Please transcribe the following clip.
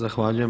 Zahvaljujem.